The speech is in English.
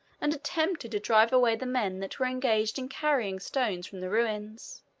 and attempted to drive away the men that were engaged in carrying stones from the ruins.